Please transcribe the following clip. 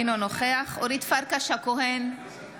אינו נוכח אורית פרקש הכהן,